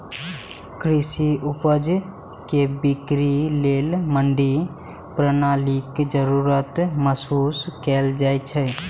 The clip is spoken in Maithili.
कृषि उपज के बिक्री लेल मंडी प्रणालीक जरूरत महसूस कैल जाइ छै